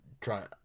try